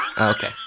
Okay